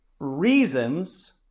reasons